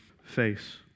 face